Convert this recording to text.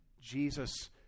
Jesus